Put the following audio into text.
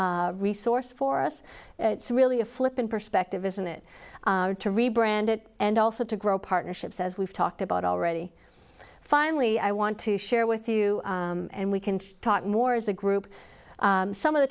resource for us it's really a flip in perspective isn't it to rebranded and also to grow partnerships as we've talked about already finally i want to share with you and we can talk more as a group some of the